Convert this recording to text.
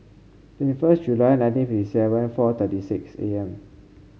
twenty first July nineteen fifty seven four thirty six A M